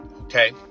okay